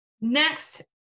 next